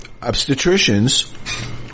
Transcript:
obstetricians